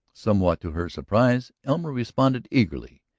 somewhat to her surprise elmer responded eagerly.